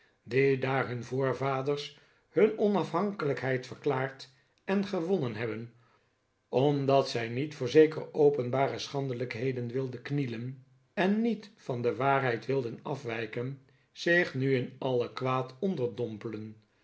die daar hun voorvaders hun onafhankelijkheid verklaard en gewonnen hebben omdat zij niet voor zekere openbare schandelijkneden wilden knielen en niet van de waarheid wilden afwijken zich nu in alle kwaad